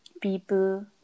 people